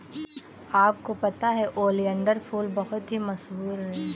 आपको पता है ओलियंडर फूल बहुत ही मशहूर है